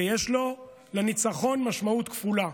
ויש לו, לניצחון, משמעות כפולה.